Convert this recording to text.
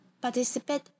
participate